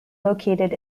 located